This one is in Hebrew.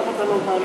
למה אתה לא מאמין?